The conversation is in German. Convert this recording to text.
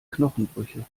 knochenbrüche